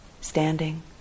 standing